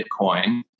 Bitcoin